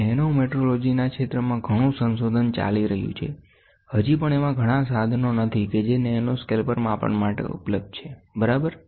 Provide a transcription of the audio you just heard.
નેનોમેટ્રોલોજીના ક્ષેત્રમાં ઘણું સંશોધન ચાલી રહ્યું છેહજી પણ એવા ઘણા સાધનો નથી કે જે નેનોસ્કેલ પર માપન માટે ઉપલબ્ધ છે બરાબર